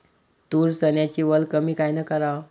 तूर, चन्याची वल कमी कायनं कराव?